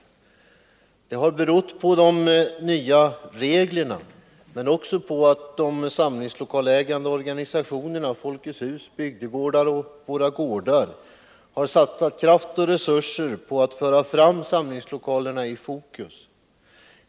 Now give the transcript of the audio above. Detta har berott på de nya reglerna men också på att de samlingslokalsägande organisationerna Folkets hus, Bygdegårdarna och Våra gårdar har satsat kraft och resurser på att föra fram samlingslokalerna i fokus.